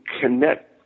connect